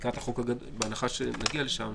בהנחה שיגיע לשם,